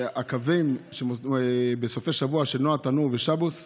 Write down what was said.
שהקווים בסופי שבוע של נוע תנוע ושבוס,